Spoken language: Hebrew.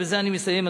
ובזה אני מסיים,